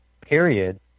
period